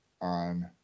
on